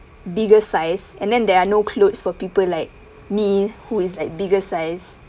bigger size and then there are no clothes for people like me who is like bigger size